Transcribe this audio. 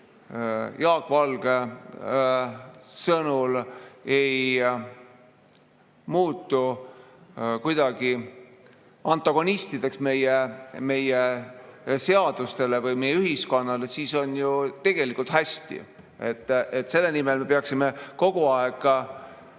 Jaak Valge ütles, ei muutu kuidagi antagonistlikuks meie seadustega või meie ühiskonnaga, siis on ju tegelikult hästi. Selle nimel me peaksime kogu aeg